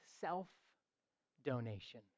self-donation